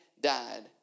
died